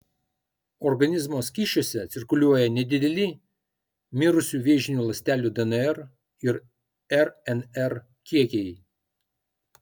organizmo skysčiuose cirkuliuoja nedideli mirusių vėžinių ląstelių dnr ir rnr kiekiai